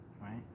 right